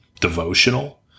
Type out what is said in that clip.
devotional